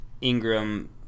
Ingram